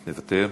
מוותר,